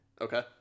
Okay